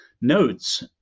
notes